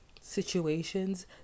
situations